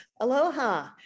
Aloha